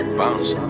bounce